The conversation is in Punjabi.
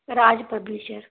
ਰਾਜ ਪਰਮੇਸ਼ਰ